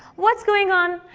what's going on?